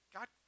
God